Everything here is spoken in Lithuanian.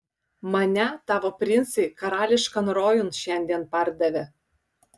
mane tavo princai karališkan rojun šiandien pardavė